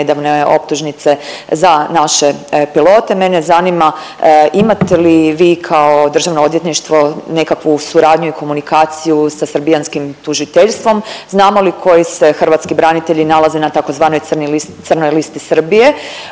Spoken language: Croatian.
i nedavne optužnice za naše pilote. Mene zanima imate li vi kao Državno odvjetništvo nekakvu suradnju i komunikaciju sa srbijanskim tužiteljstvom? Znamo li koji se hrvatski branitelji nalaze na tzv. crnoj listi Srbije?